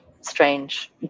strange